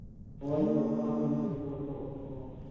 ᱦᱳᱭ ᱫᱚᱨᱠᱟᱨ ᱨᱮᱢᱟ ᱡᱚᱛᱚ ᱜᱮᱠᱚ ᱦᱚᱦᱚ